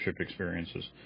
experiences